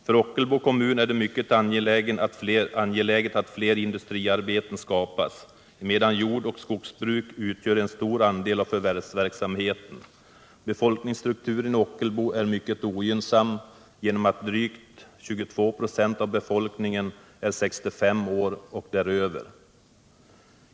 För Ockelbo kommun är det mycket angeläget att fler industriarbeten skapas emedan jordoch skogsbruk utgör en stor andel av förvärvsverksamheten. Befolkningsstrukturen i Ockelbo är mycket ogynnsam genom att drygt 22 96 av befolkningen är 65 år och däröver.